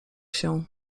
się